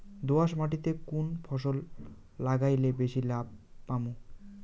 দোয়াস মাটিতে কুন ফসল লাগাইলে বেশি লাভ পামু?